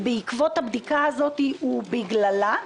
בעקבות הבדיקה הזאת ובגללה?